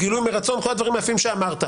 גילוי מרצון כל הדברים היפים שאמרת.